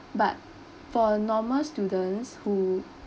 but for normal students who